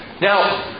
Now